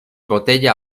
botella